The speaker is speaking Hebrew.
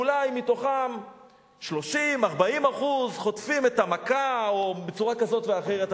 אולי 30% 40% מתוכן חוטפות את המכה בצורה כזאת ואחרת,